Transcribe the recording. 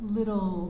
little